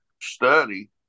study